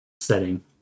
setting